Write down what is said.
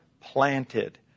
planted